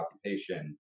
occupation